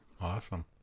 Awesome